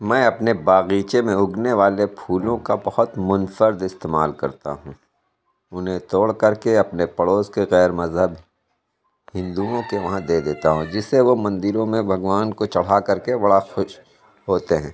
میں اپنے باغیچے میں اگنے والے پھولوں کا بہت منفرد استعمال کرتا ہوں انہیں توڑ کر کے اپنے پڑوس کے غیر مذہب ہندوؤں کے وہاں دے دیتا ہوں جسے وہ مندروں میں بھگوان کو چڑھا کر کے بڑا خوش ہوتے ہیں